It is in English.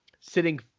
sitting